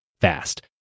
fast